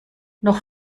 noch